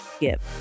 give